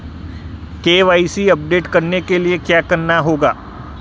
KYC update करने के लिए क्या करना होगा?